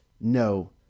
No